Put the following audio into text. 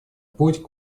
путь